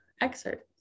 excerpt